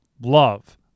love